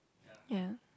ya